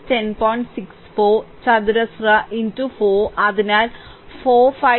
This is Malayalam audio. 64 ചതുരശ്ര 4 അതിനാൽ 453